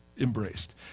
embraced